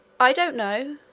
i don't know,